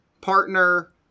partner